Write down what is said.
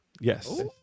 Yes